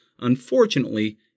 unfortunately